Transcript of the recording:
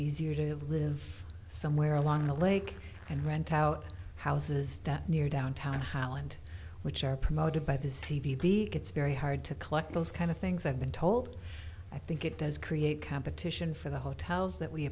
easier to live somewhere along the lake and rent out houses down near downtown highland which are promoted by this t v it's very hard to collect those kind of things i've been told i think it does create competition for the hotels that we